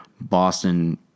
Boston